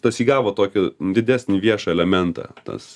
tas įgavo tokį didesnį viešą elementą tas